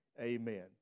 amen